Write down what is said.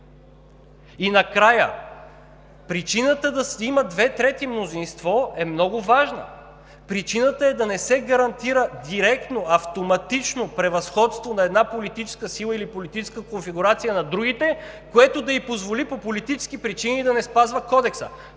И накрая, причината да има две трети мнозинство е много важна. Причината е да не се гарантира директно автоматично превъзходство на една политическа сила или политическа конфигурация над другите, което да ù позволи по политически причини да не спазва Кодекса.